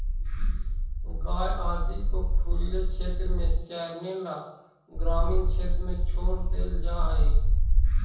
गाय आदि को खुले क्षेत्र में चरने ला ग्रामीण क्षेत्र में छोड़ देल जा हई